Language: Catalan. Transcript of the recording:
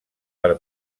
per